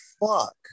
fuck